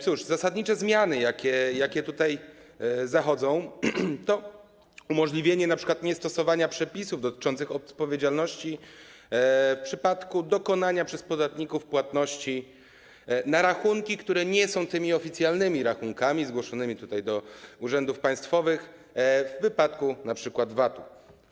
Cóż, zasadnicze zmiany, jakie tutaj zachodzą, to umożliwienie np. niestosowania przepisów dotyczących odpowiedzialności w przypadku dokonania przez podatników płatności na rachunki, które nie są tymi oficjalnymi rachunkami zgłoszonymi do urzędów państwowych, np. w wypadku VAT-u.